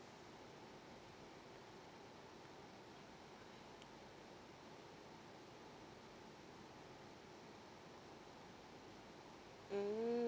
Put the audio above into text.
mm~